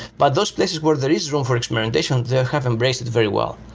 but those places where there is room for experimentation, they have embraced it very well.